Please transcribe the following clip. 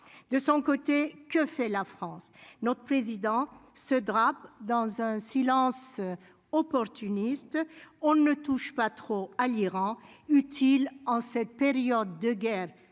de son côté que fait la France, notre président se drape dans un silence opportuniste, on ne touche pas trop à l'Iran utiles en cette période de guerre